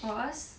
for us